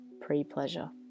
Pre-Pleasure